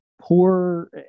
poor